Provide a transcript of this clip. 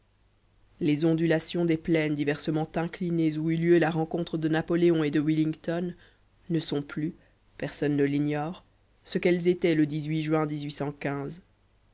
les ondulations des plaines diversement inclinées où eut lieu la rencontre de napoléon et de wellington ne sont plus personne ne l'ignore ce qu'elles étaient le juin